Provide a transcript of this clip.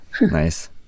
Nice